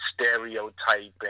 Stereotyping